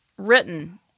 Written